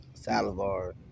Salivar